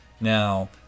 now